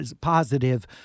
positive